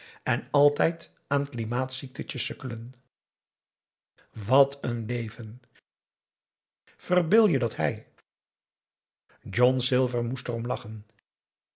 en altijd aan klimaat ziektetjes sukkelen wat n leven verbeel je dat hij john silver moest erom lachen